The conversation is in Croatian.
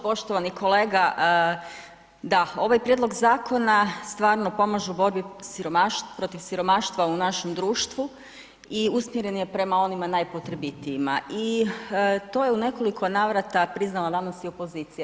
Poštovani kolega, da, ovaj prijedlog zakona stvarno pomaže u borbi protiv siromaštva u našem društvu i usmjeren je prema onima najpotrebitijima i to je u nekoliko navrata priznala danas i opozicija.